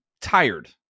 tired